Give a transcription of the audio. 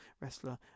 wrestler